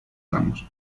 tramos